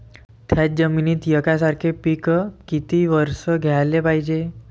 थ्याच जमिनीत यकसारखे पिकं किती वरसं घ्याले पायजे?